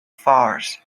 farce